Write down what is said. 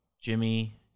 Jimmy